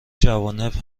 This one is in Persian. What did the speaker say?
جوانب